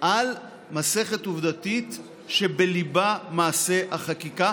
על מסכת עובדתית שבליבה מעשה החקיקה,